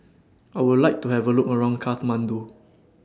I Would like to Have A Look around Kathmandu